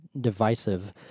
divisive